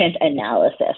analysis